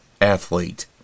athlete